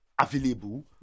available